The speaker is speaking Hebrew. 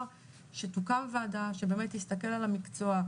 שתוקם וועדה שבאמת תסתכל על המקצוע,